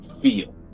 feel